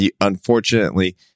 Unfortunately